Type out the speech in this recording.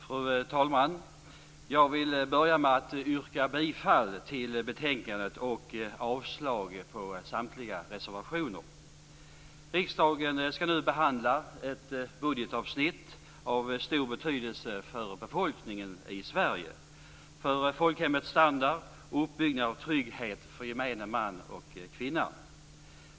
Fru talman! Jag vill börja med att yrka bifall till hemställan i betänkandet och avslag på samtliga reservationer. Riksdagen skall nu behandla ett budgetavsnitt av stor betydelse för befolkningen i Sverige, för folkhemmets standard, uppbyggnad och trygghet för gemene man och kvinna.